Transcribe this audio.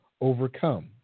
overcome